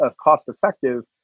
cost-effective